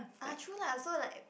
ah true lah so like